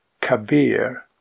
Kabir